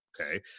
okay